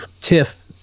tiff